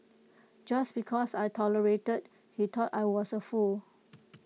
just because I tolerated he thought I was A fool